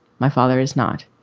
my father is not.